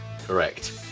Correct